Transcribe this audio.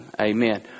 amen